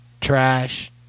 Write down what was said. Trash